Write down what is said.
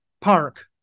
Park